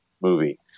movie